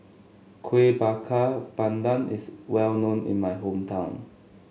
Kuih Bakar Pandan is well known in my hometown